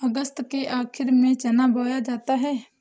अगस्त के आखिर में चना बोया जाता है